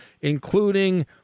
including